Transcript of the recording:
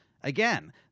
Again